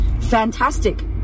fantastic